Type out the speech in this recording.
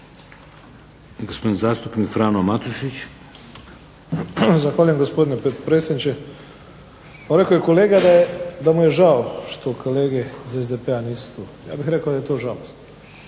**Matušić, Frano (HDZ)** Zahvaljujem gospodine potpredsjedniče. Pa rekao je kolega da mu je žao što kolege iz SDP-a nisu tu. Ja bih rekao da je to žalosno.